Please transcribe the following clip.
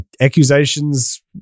accusations